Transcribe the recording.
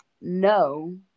no